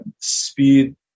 speed